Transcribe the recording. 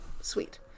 sweet